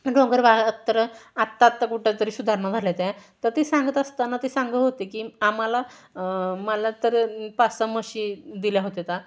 डोंगर बा तर आत्ता आत्ता कुठं तरी सुधारणा झाल्या आहेत तर ती सांगत असताना ते सांगत होते की आम्हाला मला तर पाच सहा म्हशी दिल्या होत्याता